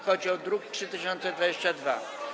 Chodzi o druk nr 3022.